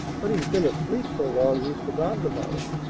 but he's been asleep so long he's forgotten about it.